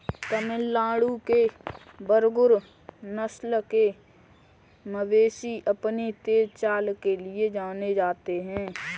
तमिलनाडु के बरगुर नस्ल के मवेशी अपनी तेज चाल के लिए जाने जाते हैं